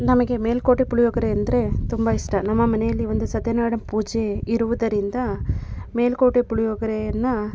ನಮಗೆ ಮೇಲುಕೋಟೆ ಪುಳಿಯೊಗರೆ ಅಂದರೆ ತುಂಬ ಇಷ್ಟ ನಮ್ಮ ಮನೆಯಲ್ಲಿ ಒಂದು ಸತ್ಯನಾರಾಯಣ ಪೂಜೆ ಇರುವುದರಿಂದ ಮೇಲುಕೋಟೆ ಪುಳಿಯೊಗ್ರೆಯನ್ನು